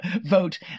vote